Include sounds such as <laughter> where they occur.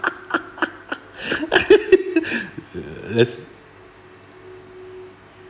<laughs> let's